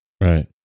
Right